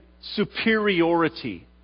superiority